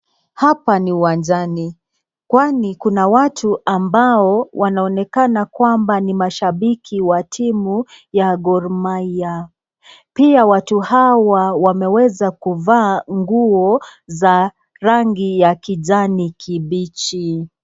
Hapa ni uwanjani, kwani kuna watu ambao wanonekana kwamba ni mashabiki wa timu ya Gor Mahia. Pia watu hawa wameweza kuvaa nguo za rangi ya kijani kibichi.